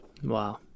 Wow